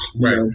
Right